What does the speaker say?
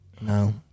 No